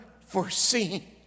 foreseen